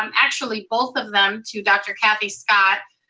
um actually, both of them to dr. kathy scott.